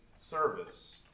service